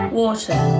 water